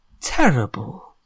terrible